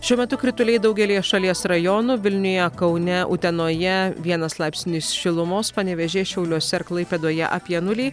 šiuo metu krituliai daugelyje šalies rajonų vilniuje kaune utenoje vienas laipsnis šilumos panevėžyje šiauliuose ir klaipėdoje apie nulį